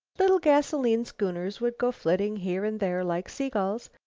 little gasoline schooners would go flitting here and there like sea-gulls,